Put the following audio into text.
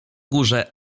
górze